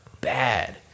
bad